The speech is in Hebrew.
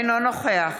אינו נוכח